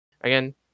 again